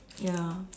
ya